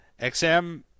XM